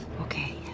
Okay